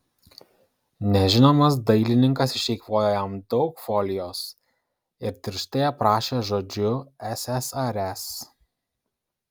nežinomas dailininkas išeikvojo jam daug folijos ir tirštai aprašė žodžiu ssrs